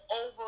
over